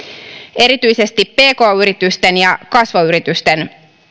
erityisesti pk yritysten ja kasvuyritysten